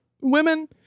women